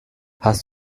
hast